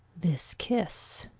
this kiss,